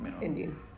Indian